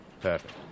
Perfect